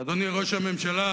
אדוני ראש הממשלה,